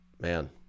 Man